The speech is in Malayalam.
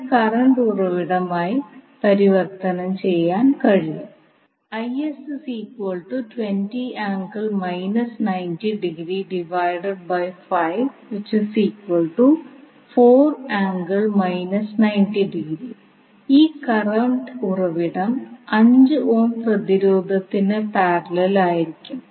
ഇത് കറണ്ട് ഉറവിടമായി പരിവർത്തനം ചെയ്യാൻ കഴിയും ഈ കറണ്ട് ഉറവിടം 5 ഓം പ്രതിരോധത്തിന് പാരലൽ ആയിരിക്കും